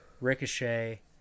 Ricochet